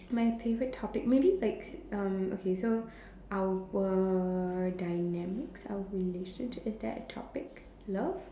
my favourite topic maybe like um okay so our dynamics our relationship is that a topic love